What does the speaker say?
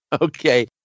Okay